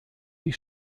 die